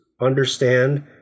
understand